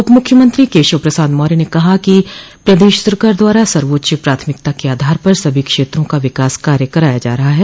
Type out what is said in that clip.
उप मुख्यमंत्री केशव प्रसाद मौर्य ने कहा है कि प्रदेश सरकार द्वारा सर्वोच्च प्राथमिकता के आधार पर सभी क्षेत्रों का विकास कार्य कराया जा रहा है